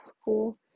school